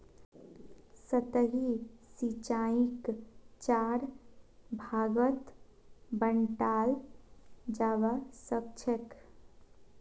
सतही सिंचाईक चार भागत बंटाल जाबा सखछेक